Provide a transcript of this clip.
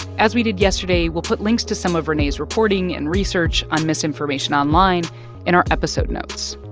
as we did yesterday, we'll put links to some of renee's reporting and research on misinformation online in our episode notes.